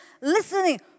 Listening